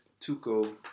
Tuco